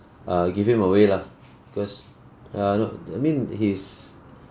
uh give him away lah because uh you know I mean his